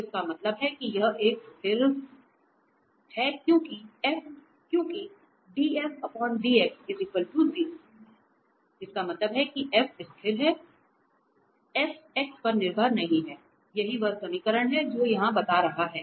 तो इसका मतलब है कि यह एक स्थिर है क्योंकि dFdx 0इसका मतलब है कि F स्थिर है F x पर निर्भर नहीं है यही वह समीकरण है जो यह बता रहा है